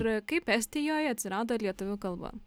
ir kaip estijoj atsirado lietuvių kalba